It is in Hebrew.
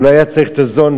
הוא לא היה צריך את הזונדה.